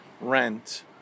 rent